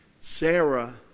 Sarah